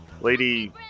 Lady